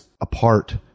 apart